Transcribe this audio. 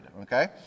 Okay